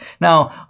Now